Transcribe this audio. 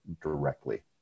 directly